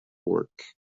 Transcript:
work